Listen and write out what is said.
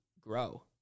Grow